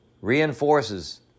reinforces